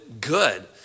good